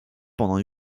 pendant